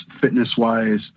fitness-wise